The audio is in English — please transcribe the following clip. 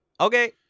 Okay